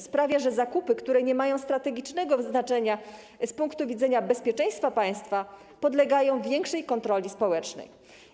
Sprawia, że zakupy, które nie mają strategicznego znaczenia z punktu widzenia bezpieczeństwa państwa, podlegają większej kontroli społecznej.